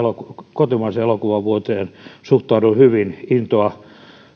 kotimaisen elokuvan vuoteen suhtaudun hyvin intoa